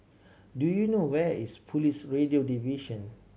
do you know where is Police Radio Division